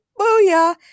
Booyah